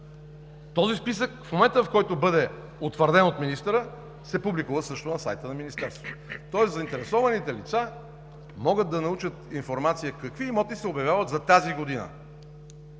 Този списък в момента, в който бъде утвърден от министъра, също се публикува на сайта на Министерството, тоест заинтересованите лица могат да получат информация какви имоти се обявяват за тази година.